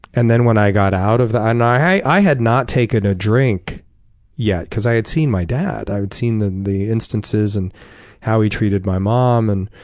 and then when i got out of the and i i had not taken a drink yet. because i had seen my dad. i had seen the the instances and how he had treated my mom, and